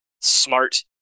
smart